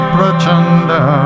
Prachanda